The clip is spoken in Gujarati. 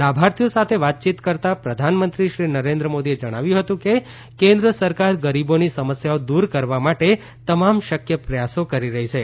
લાભાર્થીઓ સાથે વાતચીત કરતા પ્રધાનમંત્રી શ્રી નરેન્દ્ર મોદીએ જણાવ્યું હતું કે કેન્દ્ર સરકાર ગરીબોની સમસ્યાઓ દુર કરવા માટે તમામ શકય પ્રયાસો કરી રહી છે